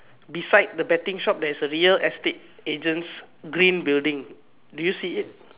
beside the betting shop there is a real estate agents green building did you see it